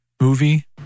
movie